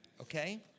okay